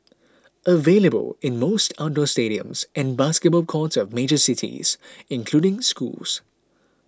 available in most outdoor stadiums and basketball courts of major cities including schools